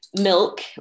milk